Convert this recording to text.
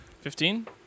Fifteen